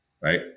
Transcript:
right